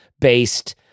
Based